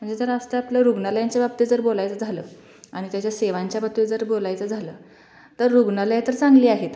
म्हणजे जर आज त्या आपल्या रुग्णालयांच्या बाबतीत जर बोलायचं झालं आणि त्याच्या सेवांच्या बाबतीत जर बोलायचं झालं तर रुग्णालय तर चांगले आहेत